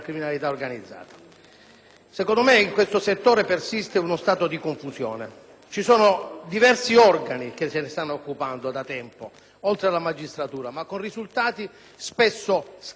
ci sono diversi organi che se ne stanno occupando da tempo, oltre alla magistratura, ma con risultati spesso scarsi e talvolta inconsistenti. Riteniamo sia giunto il momento di porre chiarezza,